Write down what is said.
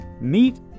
meet